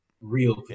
real